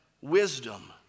wisdom